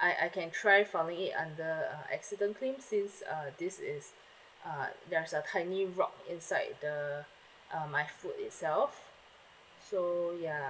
I I can try filing under uh accident claims since uh this is uh there's a tiny rock inside the uh my food itself so ya